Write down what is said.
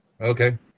Okay